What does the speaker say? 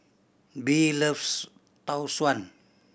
Bee loves Tau Suan